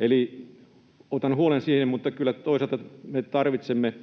Eli otan huolta siitä, mutta kyllä toisaalta me tarvitsemme